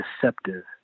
deceptive